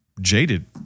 jaded